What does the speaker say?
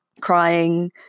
crying